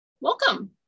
Welcome